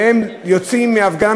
והם יוצאים מההפגנה,